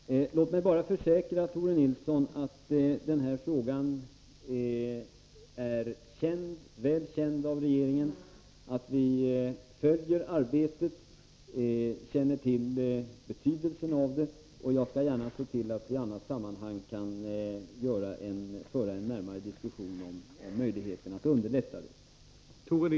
Herr talman! Låt mig försäkra Tore Nilsson om att den här frågan är väl känd av regeringen. Vi följer arbetet och känner till dess betydelse. Jag skall gärna i annat sammanhang föra en närmare diskussion om möjligheterna att underlätta det.